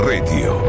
Radio